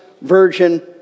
virgin